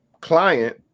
client